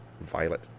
violet